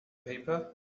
paper